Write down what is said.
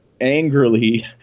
angrily